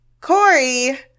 corey